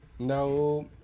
No